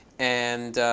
and